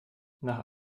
nach